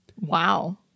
Wow